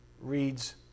reads